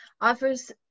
offers